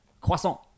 Croissant